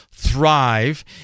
thrive